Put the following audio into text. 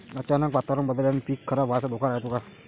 अचानक वातावरण बदलल्यानं पीक खराब व्हाचा धोका रायते का?